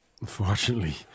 unfortunately